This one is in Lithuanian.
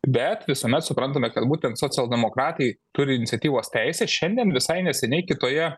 bet visuomet suprantame kad būtent socialdemokratai turi iniciatyvos teisę šiandien visai neseniai kitoje